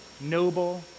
noble